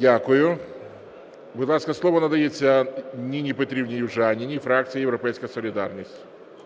Дякую. Будь ласка, слово надається Ніні Петрівні Южаніній, фракція "Європейська солідарність".